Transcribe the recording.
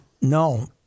No